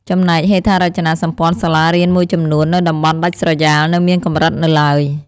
ចំណែកហេដ្ឋារចនាសម្ព័ន្ធសាលារៀនមួយចំនួននៅតំបន់ដាច់ស្រយាលនៅមានកម្រិតនៅឡើយ។